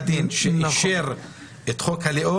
מבחינתנו.